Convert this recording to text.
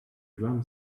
drum